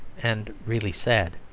and really sad.